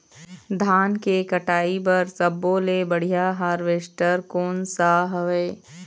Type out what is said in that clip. धान के कटाई बर सब्बो ले बढ़िया हारवेस्ट कोन सा हवए?